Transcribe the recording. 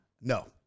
No